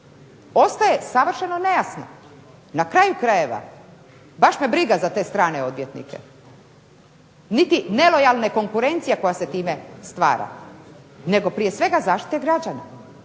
ostaje savršeno nejasno. Na kraju krajeva, baš me briga za te strane odvjetnike, niti nelojalne konkurencije koja se time stvara nego prije svega zaštita građana,